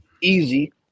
easy